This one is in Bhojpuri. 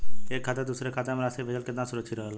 एक खाता से दूसर खाता में राशि भेजल केतना सुरक्षित रहेला?